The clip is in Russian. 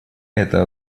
это